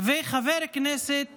וחבר כנסת